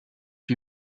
wie